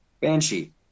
Banshee